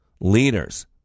leaders